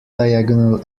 diagonal